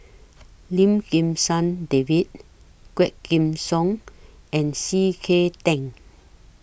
Lim Kim San David Quah Kim Song and C K Tang